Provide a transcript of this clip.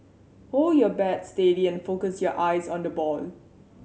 hold your bat steady and focus your eyes on the ball